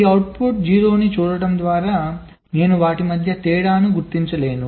ఈ అవుట్పుట్ 0 ని చూడటం ద్వారా నేను వాటి మధ్య తేడాను గుర్తించలేను